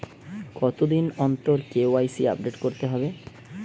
কতদিন অন্তর KYC update করতে হবে?